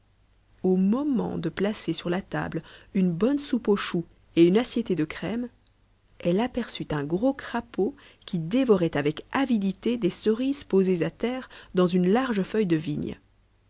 au moment de placer sur la table une bonne soupe aux choux et une assiettée de crème elle aperçut un gros crapaud qui dévorait avec avidité des cerises posées à terre dans une large feuille de vigne